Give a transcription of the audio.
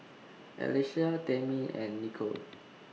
Alesha Tamie and Nichol